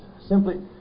simply